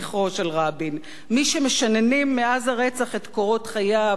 מי שמשננים מאז הרצח את קורות חייו ואת משנתו,